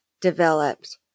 developed